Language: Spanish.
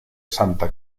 santa